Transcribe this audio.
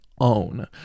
own